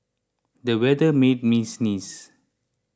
the weather made me sneeze